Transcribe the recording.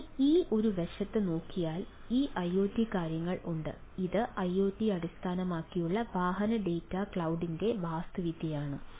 അതിനാൽ ഈ ഒരു വശത്ത് നോക്കിയാൽ ഈ ഐഒടി കാര്യങ്ങൾ ഉണ്ട് ഇത് ഐഒടി അടിസ്ഥാനമാക്കിയുള്ള വാഹന ഡാറ്റാ ക്ലൌഡിന്റെ വാസ്തുവിദ്യയാണ്